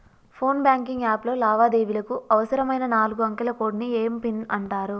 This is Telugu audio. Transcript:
ఫోన్ బ్యాంకింగ్ యాప్ లో లావాదేవీలకు అవసరమైన నాలుగు అంకెల కోడ్ని ఏం పిన్ అంటారు